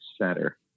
center